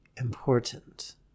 important